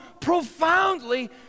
profoundly